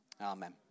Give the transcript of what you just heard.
amen